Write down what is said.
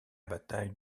bataille